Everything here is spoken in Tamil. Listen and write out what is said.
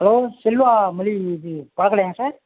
ஹலோ செல்வா மளிகை இது பழக்கடையாங்க சார்